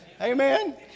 Amen